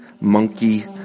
monkey